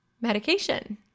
medication